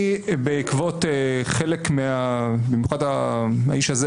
בעקבות חלק, במיוחד האיש הזה